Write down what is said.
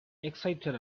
excited